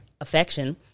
affection